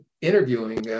interviewing